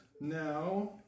now